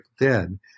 Dead